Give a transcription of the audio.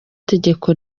tegeko